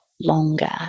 longer